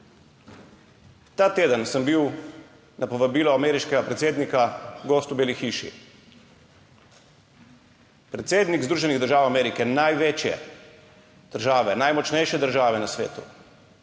Ta teden sem bil na povabilo ameriškega predsednika gost v Beli hiši. Predsednik Združenih držav Amerike, največje države, najmočnejše države na svetu,